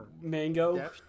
mango